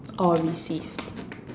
or received